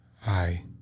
Hi